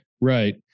Right